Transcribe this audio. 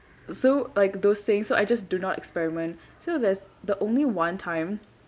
so like those thing so I just do not experiment so there's the only one time